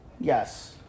Yes